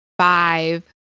five